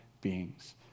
beings